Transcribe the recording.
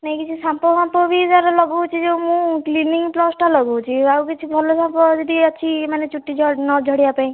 ନାଇଁ କିଛି ସାମ୍ପୋଫାମ୍ପୋ ବି ଧର ଲଗାଉଛି ମୁଁ କ୍ଲିନିକ୍ପ୍ଲସ୍ଟା ଲଗାଉଛି ଆଉ କିଛି ଭଲ ସାମ୍ପୋ ଯଦି ଅଛି ମାନେ ଚୁଟି ଝ ନ ଝଡ଼ିବା ପାଇଁ